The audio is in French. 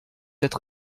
être